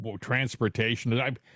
transportation